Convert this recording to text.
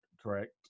correct